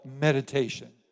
meditation